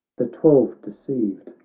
the twelve deceived,